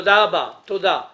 אני